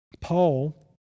Paul